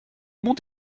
monde